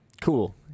Cool